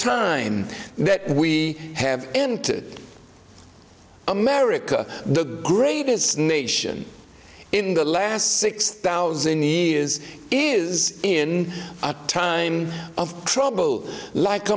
time that we have entered america the greatest nation in the last six thousand years is in a time of trouble like